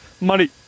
money